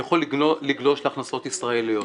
יכול לגלוש להכנסות ישראליות.